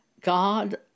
God